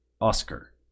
Oscar